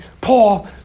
Paul